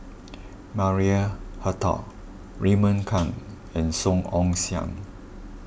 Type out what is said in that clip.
Maria Hertogh Raymond Kang and Song Ong Siang